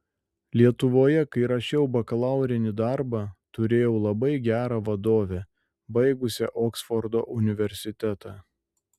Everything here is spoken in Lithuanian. lietuvoje kai rašiau bakalaurinį darbą turėjau labai gerą vadovę baigusią oksfordo universitetą